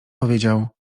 powiedział